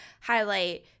highlight